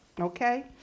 Okay